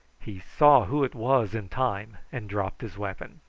he saw who it was in time and dropped his weapon.